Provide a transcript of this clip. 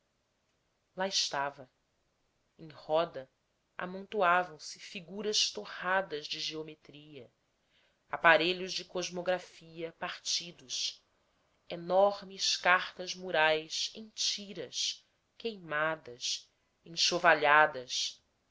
lá estava em roda amontoavam se figuras torradas de geometria aparelhos de cosmografia partidos enormes cartas murais em tiras queimadas enxovalhadas